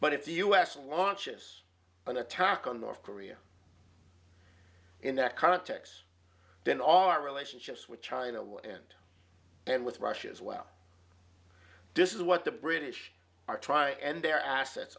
but if the u s launches an attack on north korea in that context then all our relationships with china would end and with russia as well this is what the british are try and their assets